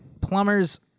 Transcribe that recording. Plumbers